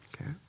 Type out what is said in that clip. Okay